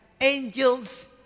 Angels